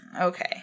Okay